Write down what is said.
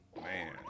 Man